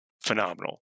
phenomenal